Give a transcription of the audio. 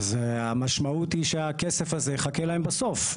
אז המשמעות היא שהכסף הזה יחכה להם בסוף.